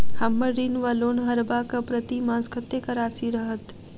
हम्मर ऋण वा लोन भरबाक प्रतिमास कत्तेक राशि रहत?